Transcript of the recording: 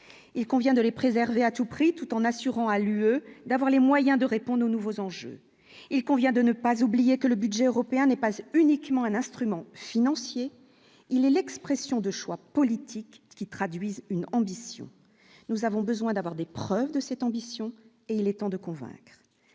il convient de les préserver à tout prix, tout en assurant à l'UE d'avoir les moyens de répondre aux nouveaux enjeux, il convient de ne pas oublier que le budget européen n'est pas uniquement un instrument financier, il est l'expression de choix politiques qui traduisent une ambition : nous avons besoin d'avoir des preuves de cette ambition et il est temps de convaincre,